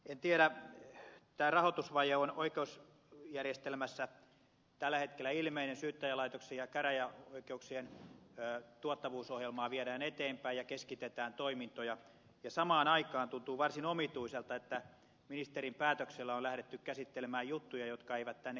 en tiedä tämä rahoitusvaje on oikeusjärjestelmässä tällä hetkellä ilmeinen syyttäjälaitoksien ja käräjäoikeuksien tuottavuusohjelmaa viedään eteenpäin ja keskitetään toimintoja ja samaan aikaan tuntuu varsin omituiselta että ministerin päätöksellä on lähdetty käsittelemään juttuja jotka eivät tänne kuulu